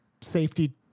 safety